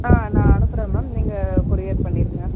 ஆ நான் அனுப்புகிறேன் மேம் நீங்கள் கொரியர் பண்ணிடுங்க